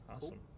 awesome